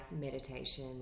meditation